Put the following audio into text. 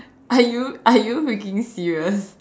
are you are you freaking serious